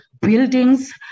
buildings